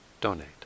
donate